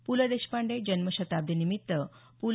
पु ल देशपांडे जन्मशताब्दी निमित्त प्